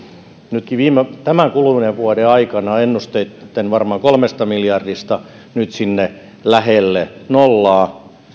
nytkin tämän kuluneen vuoden aikana ennusteitten mukaisista varmaan kolmesta miljardista nyt sinne lähelle nollaa